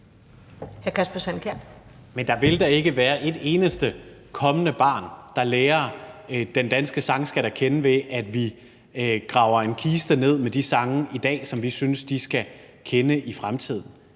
Men der vil da ikke være et eneste kommende barn, der lærer den danske sangskat at kende, ved at vi i dag graver en kiste ned med de sange, som vi synes de skal kende i fremtiden.